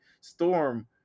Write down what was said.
Storm